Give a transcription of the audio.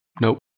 Nope